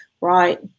Right